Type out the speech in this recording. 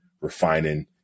refining